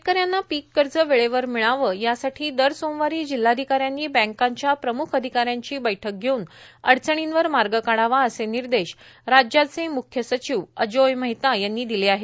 शेतकऱ्यांना पीक कर्ज वेळेवर मिळावं यासाठी दर सोमवारी जिल्हाधिकाऱ्यांनी बँकांच्या प्रमुख अधिकाऱ्यांची बैठक घेऊन अडचणींवर मार्ग काढावा असे निर्देश राज्याचे मुख्य सचिव अजोय मेहता यांनी दिले आहेत